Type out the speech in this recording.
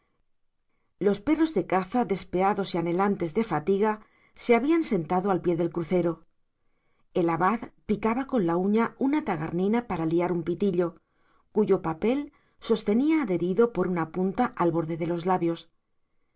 los perros de caza despeados y anhelantes de fatiga se habían sentado al pie del crucero el abad picaba con la uña una tagarnina para liar un pitillo cuyo papel sostenía adherido por una punta al borde de los labios